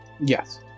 Yes